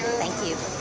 thank you,